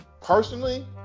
personally